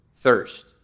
thirst